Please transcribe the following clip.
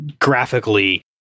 graphically